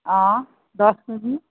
অঁ দহ কেজি